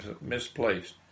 misplaced